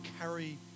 carry